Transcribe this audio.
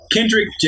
Kendrick